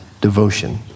devotion